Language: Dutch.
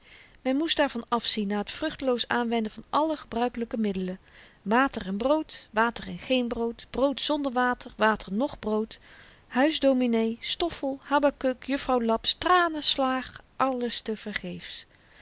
men moest daarvan afzien na t vruchteloos aanwenden van alle gebruikelyke middelen water en brood water en geen brood brood zonder water water noch brood huisdominee stoffel habakuk juffrouw laps tranen slaag alles te vergeefs